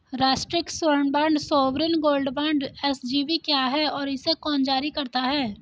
राष्ट्रिक स्वर्ण bond sovereign gold bond SGB क्या है और इसे कौन जारी करता है?